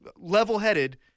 level-headed –